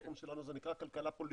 התחום שלנו נקרא כלכלה פוליטית,